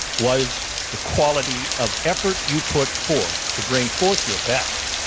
was the quality of effort you put forth to bring forth your best.